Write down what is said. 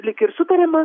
lyg ir sutariama